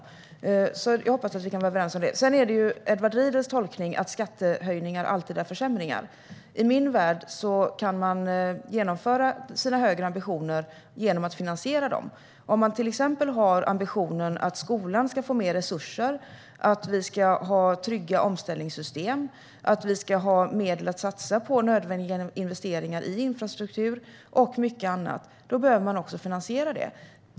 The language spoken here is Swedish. Jag hoppas att vi kan vara överens om det. Sedan är det Edward Riedls tolkning att skattehöjningar alltid innebär försämringar. I min värld kan man genomföra sina högre ambitioner genom att finansiera dem. Om man till exempel har ambitionen att skolan ska få mer resurser, att vi ska ha trygga omställningssystem och att vi ska ha medel att satsa på nödvändiga investeringar i infrastruktur och mycket annat behöver man också finansiera det.